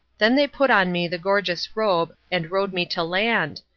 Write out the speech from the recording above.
then they put on me the gorgeous robe and rowed me to land,